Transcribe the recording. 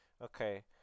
Okay